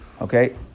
Okay